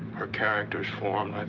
her character's formed,